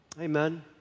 Amen